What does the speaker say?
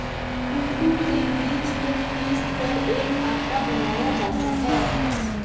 कूटू के बीज को पीसकर एक आटा बनाया जाता है